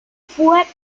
fue